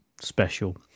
special